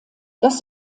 das